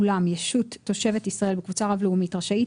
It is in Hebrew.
אולם ישות תושבת ישראל בקבוצה רב-לאומית רשאית